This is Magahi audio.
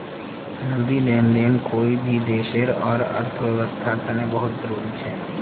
नकदी लेन देन कोई भी देशर अर्थव्यवस्थार तने बहुत जरूरी छ